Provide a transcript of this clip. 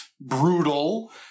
brutal